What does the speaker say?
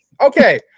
Okay